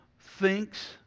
thinks